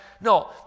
No